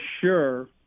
sure